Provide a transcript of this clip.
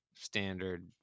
standard